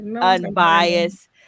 unbiased